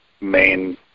main